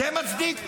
זה מצדיק?